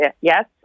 Yes